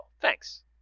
Thanks